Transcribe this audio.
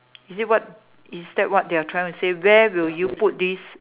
is it what is that what they are trying to say where would you put this